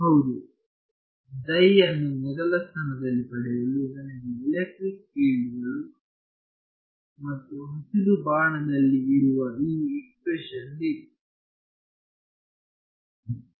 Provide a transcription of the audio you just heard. ಹೌದು psi ಅನ್ನು ಮೊದಲ ಸ್ಥಾನದಲ್ಲಿ ಪಡೆಯಲು ನನಗೆ ಎಲೆಕ್ಟ್ರಿಕ್ ಫೀಲ್ಡ್ಗಳು ಮತ್ತು ಹಸಿರು ಬಾಣದಲ್ಲಿ ಇರುವ ಈ ಎಕ್ಸ್ಪ್ರೆಶನ್ ಬೇಕು